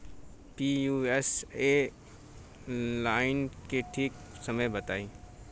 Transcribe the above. Pusa nine के ठीक समय बताई जाई?